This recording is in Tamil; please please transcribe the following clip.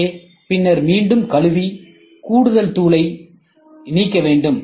எனவே பின்னர் மீண்டும் கழுவி கூடுதல் தூளை நீக்க வேண்டும்